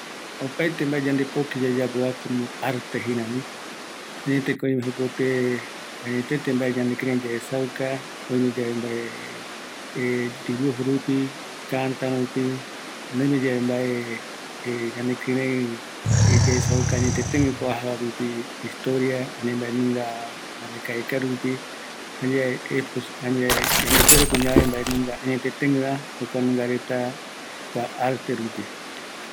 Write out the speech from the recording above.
﻿Opaete mbae yandepoki yayapova komo arte jeirami, añeteko oime jokope, añetete ñanekirei yaesauka, oime yave dibujo rupi, käta rupi, ani oimeyave mbae ñanekirei, yaesauña añetetegue kua oajava rupi, historia ani mbaenunga arakaekae rupi, jayae ekos, añae yandepuereko ñavae mbaenunga añeteteguëva jukua nunga reta kua arte rupi